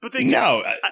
no